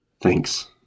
Thanks